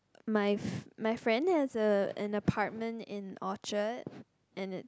my f~ my friend has a an apartment in Orchard and it